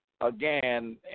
Again